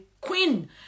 queen